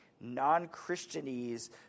non-Christianese